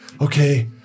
Okay